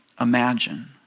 imagine